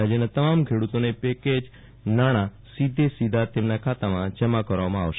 રાજ્યના તમામ ખેડુતોને પેકેજ નાણા સીધે સીધા તેમના ખાતમાં જમા કરવામાં આવશે